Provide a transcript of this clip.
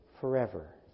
forever